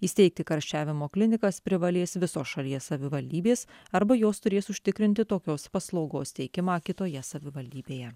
įsteigti karščiavimo klinikas privalės visos šalies savivaldybės arba jos turės užtikrinti tokios paslaugos teikimą kitoje savivaldybėje